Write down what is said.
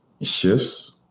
shifts